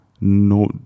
No